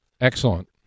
Excellent